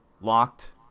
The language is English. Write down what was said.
locked